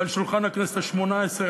ועל שולחן הכנסת השמונה-עשרה,